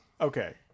Okay